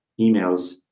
emails